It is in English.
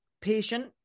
patient